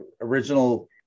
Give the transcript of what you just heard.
original